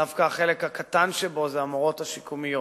דווקא החלק הקטן שבו זה המורות השיקומיות.